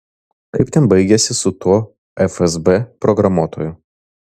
kaip ten baigėsi su tuo fsb programuotoju